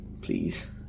please